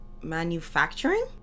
manufacturing